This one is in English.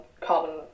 carbon